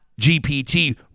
GPT